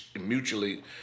mutually